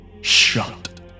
shut